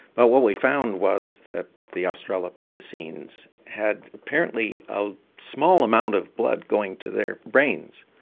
but what we found was that the australopithecines had apparently a small amount of blood going to their brains,